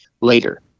later